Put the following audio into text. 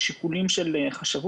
כל העולם כולו.